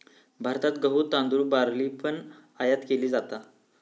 भारतात गहु, तांदुळ, बार्ली पण आयात केली जाता